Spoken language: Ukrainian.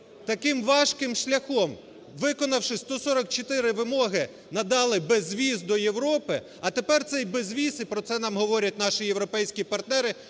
таким важким шляхом, виконавши 144 вимоги, надали безвіз до Європи, а тепер цей безвіз, і про це нам говорять наші європейські партнери,